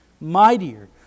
mightier